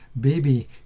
baby